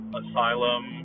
asylum